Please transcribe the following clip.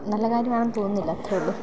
നല്ല കാര്യവാണെന്ന് തോന്നുന്നില്ല അത്രയേ ഉള്ളു